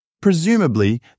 Presumably